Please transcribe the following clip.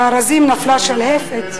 אם בארזים נפלה שלהבת,